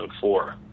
four